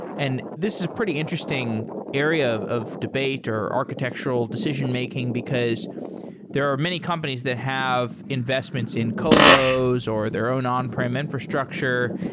and this is a pretty interesting area of debate or architectural decision-making, because there are many companies that have investments in colo's or their own on-prem infrastructure.